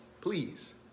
Please